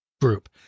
group